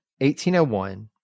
1801